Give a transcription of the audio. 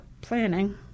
planning